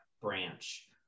branch